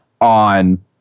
on